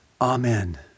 Amen